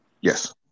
Yes